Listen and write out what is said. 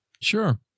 Sure